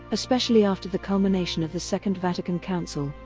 especially after the culmination of the second vatican council,